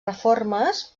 reformes